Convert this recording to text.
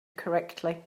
correctly